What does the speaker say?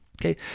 Okay